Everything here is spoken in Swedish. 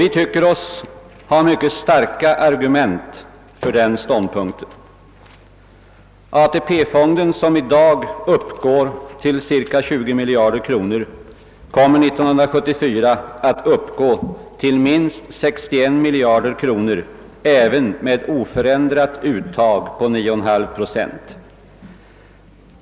Vi tycker oss ha mycket starka argument för denna ståndpunkt. AP-fonden som i dag uppgår till cirka 20 miljarder kronor kommer 1974 att belöpa sig till minst 61 miljarder även med oförändrat uttag av 9,5 procent.